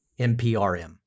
MPRM